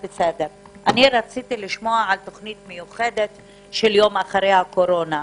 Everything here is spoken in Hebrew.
אני רציתי לשמוע על תוכנית מיוחדת ליום שאחרי הקורונה.